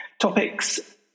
topics